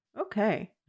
Okay